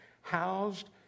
housed